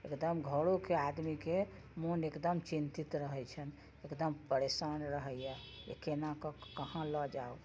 एकदम घरोके आदमीके मोन एकदम चिन्तित रहै छनि एकदम परेशान रहैये जे केना कऽके कहाँ लअ जाउ